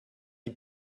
die